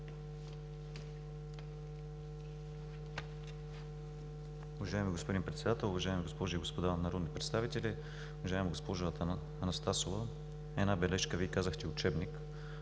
Уважаеми господин Председател, уважаеми госпожи и господа народни представители! Уважаема госпожо Анастасова, една бележка: Вие казахте учебник.